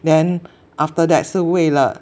then after that 是为了